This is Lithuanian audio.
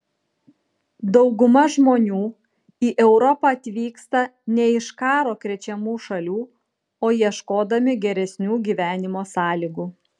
dauguma žmonių į europą atvyksta ne iš karo krečiamų šalių o ieškodami geresnių gyvenimo sąlygų